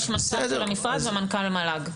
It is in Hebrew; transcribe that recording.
יש מנכ"ל של המשרד ומנכ"ל המל"ג.